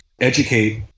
educate